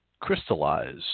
crystallize